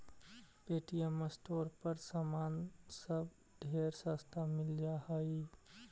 Paytm store पर समान सब ढेर सस्ता मिल जा हई